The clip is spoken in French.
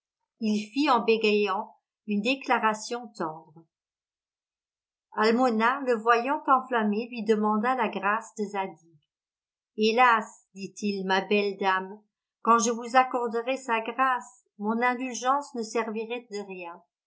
il fit en bégayant une déclaration tendre almona le voyant enflammé lui demanda la grâce de zadig hélas dit-il ma belle dame quand je vous accorderais sa grâce mon indulgence ne servirait de rien